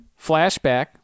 Flashback